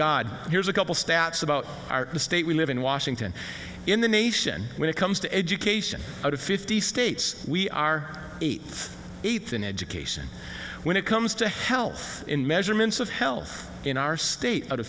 god here's a couple stats about the state we live in washington in the nation when it comes to education out of fifty states we are eighth eighth in education when it comes to health in measurements of health in our state o